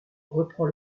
reprend